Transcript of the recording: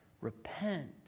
Repent